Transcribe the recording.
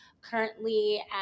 currently